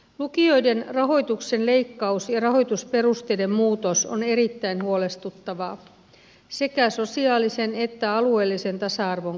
lukioiden rahoituksen leikkaus ja rahoitusperusteiden muutos on erittäin huolestuttavaa sekä sosiaalisen että alueellisen tasa arvon kannalta